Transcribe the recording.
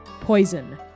poison